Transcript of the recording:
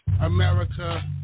America